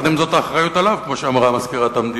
עם זאת, האחריות עליו, כמו שאמרה מזכירת המדינה.